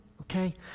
okay